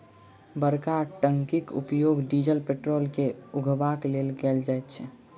बड़का टंकीक उपयोग डीजल पेट्रोल के उघबाक लेल कयल जाइत छै